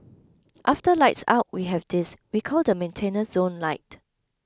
after lights out we have this we call the maintenance zone light